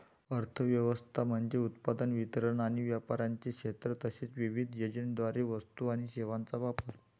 अर्थ व्यवस्था म्हणजे उत्पादन, वितरण आणि व्यापाराचे क्षेत्र तसेच विविध एजंट्सद्वारे वस्तू आणि सेवांचा वापर